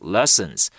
Lessons